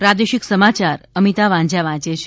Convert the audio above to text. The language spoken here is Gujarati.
પ્રાદેશિક સમાચાર અમિતા વાંઝા વાંચે છે